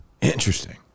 Interesting